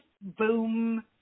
Boom